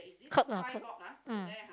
kerb lah kerb mm